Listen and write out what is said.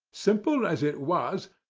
simple as it was,